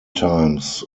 times